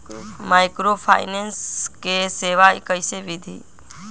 Microfinance के सेवा कइसे विधि?